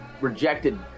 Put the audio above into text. rejected